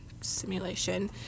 simulation